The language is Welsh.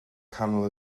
canol